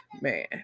Man